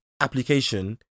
application